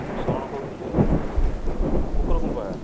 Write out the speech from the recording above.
ମୁଁ ସଅଣ କହୁଥିଲି କୁକୁରକୁମ୍ପା